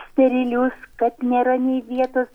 sterilius kad nėra nei vietos